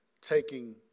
taking